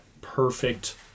perfect